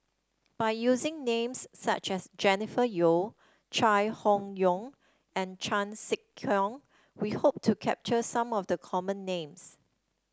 by using names such as Jennifer Yeo Chai Hon Yoong and Chan Sek Keong we hope to capture some of the common names